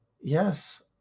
yes